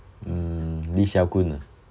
mm lee seow koon